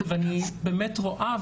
ואני באמת רואה,